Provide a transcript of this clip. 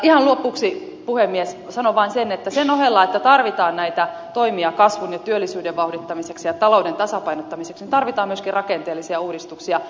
ihan lopuksi puhemies sanon vain sen että sen ohella että tarvitaan näitä toimia kasvun ja työllisyyden vauhdittamiseksi ja talouden tasapainottamiseksi tarvitaan myöskin rakenteellisia uudistuksia